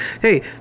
hey